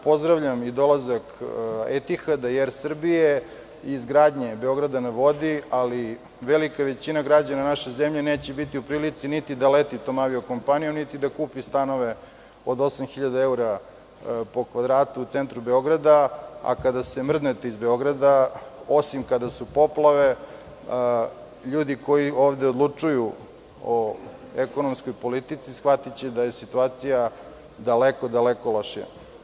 Pozdravljam dolazak „Etihada“ i „Er Srbije“ i izgradnju „Beograda na vodi“, ali, velika većina građana naše zemlje neće biti u prilici niti da leti tom aviokompanijom, niti da kupi stanove od 8.000 evra po kvadratu u centru Beograda, a kada se mrdnete iz Beograda, osim kada su poplave, ljudi koji ovde odlučuju o ekonomskoj politici shvatiće da je situacija daleko, daleko lošija.